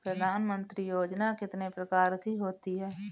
प्रधानमंत्री योजना कितने प्रकार की होती है?